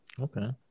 Okay